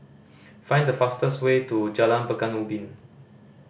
find the fastest way to Jalan Pekan Ubin